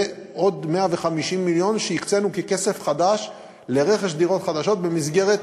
זה עוד 150 מיליון שהקצינו ככסף חדש לרכז דירות חדשות במסגרת,